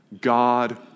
God